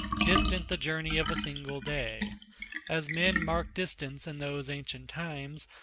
distant the journey of a single day as men marked distance in those ancient times,